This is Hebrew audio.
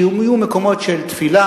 שהם יהיו מקומות של תפילה,